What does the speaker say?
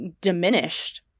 diminished